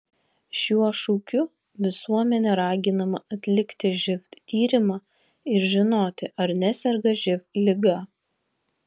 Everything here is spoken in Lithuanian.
šiuo šūkiu visuomenė raginama atlikti živ tyrimą ir žinoti ar neserga živ liga